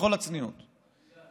בכל הצניעות: תמשיכו,